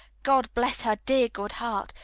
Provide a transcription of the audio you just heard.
god bless her dear good heart,